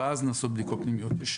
ואז נעשות בדיקות פנימיות.